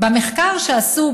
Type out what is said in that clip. במחקר שעשו,